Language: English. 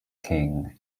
king